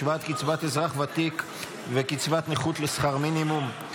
השוואת קצבת אזרח ותיק וקצבת נכות לשכר מינימום),